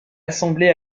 assemblés